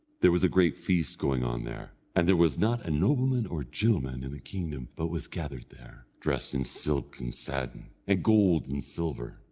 there was a great feast going on there, and there was not a nobleman or a gentleman in the kingdom but was gathered there, dressed in silk and satin, and gold and silver,